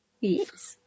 Yes